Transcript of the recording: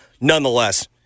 Nonetheless